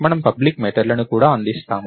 మనము public method లను కూడా అందిస్తాము